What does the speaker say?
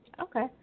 Okay